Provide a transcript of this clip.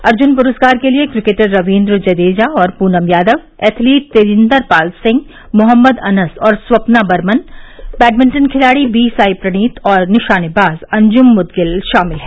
अर्जुन पुरस्कार के लिये क्रिकेटर रवीन्द्र जड़ेजा और पूनम यादव एथलीट तेजिंदर पाल सिंह मोहम्मद अनस और स्वप्ना बर्मन बैडमिंटन खिलाड़ी बी साई प्रणीत और निशानेबाज अंजुम मुदगिल शामिल हैं